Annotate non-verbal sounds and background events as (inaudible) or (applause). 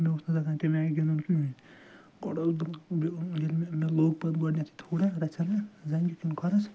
مےٚ اوس نہٕ تَگان تمہِ آے گِنٛدُن (unintelligible) گۄڈٕ اوس ییٚلہِ مےٚ مےٚ لوگ پتہٕ گۄڈنٮ۪تھ تھوڑا رژِھنا زنٛگہِ کِنۍ کھۄرس